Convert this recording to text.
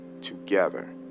together